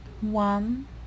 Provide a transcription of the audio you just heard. one